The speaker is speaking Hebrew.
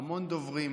המון דוברים.